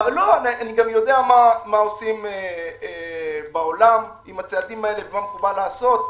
אני יודע מה עושים בעולם עם הצעדים האלה ומה מקובל לעשות.